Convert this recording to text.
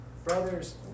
Brothers